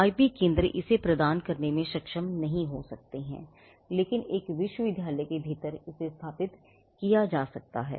IP केंद्र इसे प्रदान करने में सक्षम नहीं हो सकते हैं लेकिन एक विश्वविद्यालय के भीतर इसे स्थापित किया जा सकता है